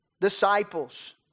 disciples